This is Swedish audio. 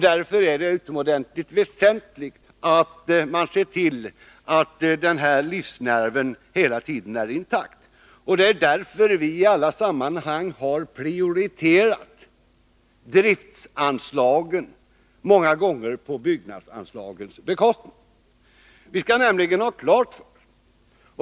Det är utomordentligt väsentligt att se till att den här livsnerven hela tiden är intakt, och det är därför vi i alla sammanhang har prioriterat driftsanslagen, många gånger på byggnadsanslagens bekostnad.